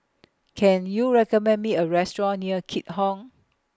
Can YOU recommend Me A Restaurant near Keat Hong